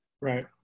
Right